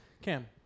Cam